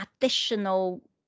additional